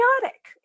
chaotic